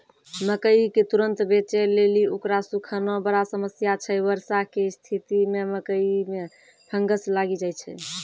मकई के तुरन्त बेचे लेली उकरा सुखाना बड़ा समस्या छैय वर्षा के स्तिथि मे मकई मे फंगस लागि जाय छैय?